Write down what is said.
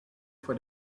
for